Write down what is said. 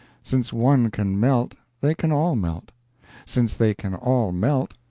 since one can melt, they can all melt since they can all melt,